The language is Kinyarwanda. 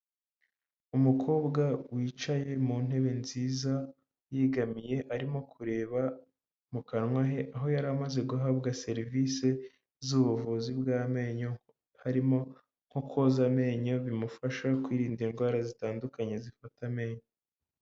Umukobwa wicaye mu ntebe nziza yegamiye arimo kureba mu kanwa he, aho yari amaze guhabwa serivisi z'ubuvuzi bw'amenyo, harimo nko koza amenyo bimufasha kwirinda indwara zitandukanye zifata amenyo.